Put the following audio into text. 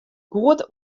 goed